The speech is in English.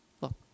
Look